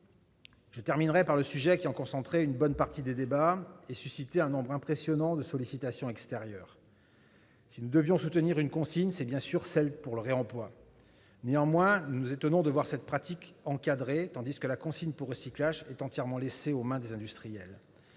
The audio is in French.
Je terminerai par le sujet qui a concentré une bonne partie des débats et suscité un nombre impressionnant de sollicitations extérieures. Si nous devions soutenir une consigne, c'est bien sûr celle pour réemploi. Néanmoins, nous nous étonnons de voir cette pratique encadrée, tandis que la consigne pour recyclage est entièrement laissée aux mains des industriels.